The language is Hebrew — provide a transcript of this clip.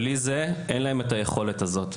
בלי זה אין להם את היכולת הזו.